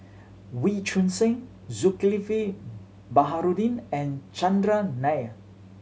Wee Choon Seng Zulkifli Baharudin and Chandran Nair